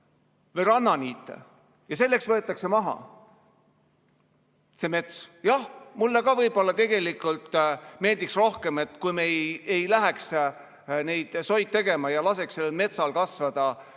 või rannaniite, ja selleks võetakse maha see mets. Jah, mulle ehk ka tegelikult meeldiks rohkem, kui ei läheks neid soid tegema ja laseks metsal kasvada,